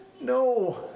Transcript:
no